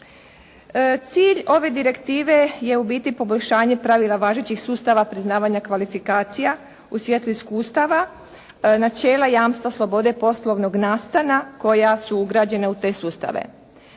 Cilj ove direktivne je u biti poboljšanje pravila važećih sustava priznavanja kvalifikacija u svijet iskustava, načela jamstva, slobode poslovnog nastana koja su ugrađena u te sustave.